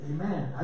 Amen